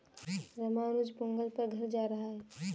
रामानुज पोंगल पर घर जा रहा है